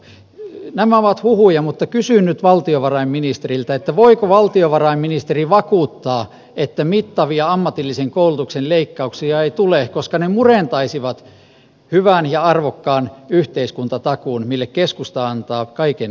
nämä ovat huhuja mutta kysyn nyt valtiovarainministeriltä voiko valtiovarainministeri vakuuttaa että mittavia ammatillisen koulutuksen leikkauksia ei tule koska ne murentaisivat hyvän ja arvokkaan yhteiskuntatakuun mille keskusta antaa kaiken tukensa